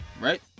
right